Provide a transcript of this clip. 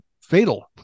fatal